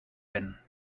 been